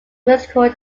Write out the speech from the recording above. musical